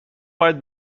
باید